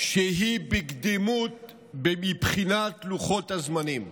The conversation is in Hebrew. שהיא בקדימות מבחינת לוחות הזמנים.